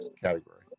category